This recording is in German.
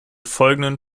folgenden